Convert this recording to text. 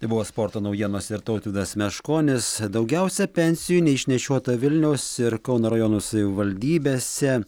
tai buvo sporto naujienos ir tautvydas meškonis daugiausiai pensijų neišnešiota vilniaus ir kauno rajonų savivaldybėse